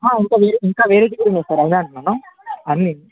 ఉంటుంది ఇంకా వేరేవి కూడా ఉన్నాయి సార్ అయిన అంటున్నాను అన్నీ